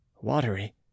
watery